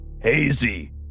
hazy